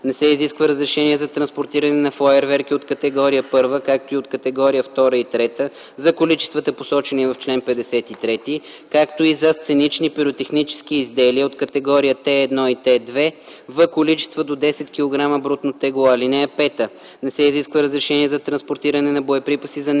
Не се изисква разрешение за транспортиране на фойерверки от категория 1, както и от категория 2 и 3 за количествата, посочени в чл. 53, както и за сценични пиротехнически изделия от категория Т1 и Т2 в количества до 10 кг брутно тегло. (5) Не се изисква разрешение за транспортиране на боеприпаси за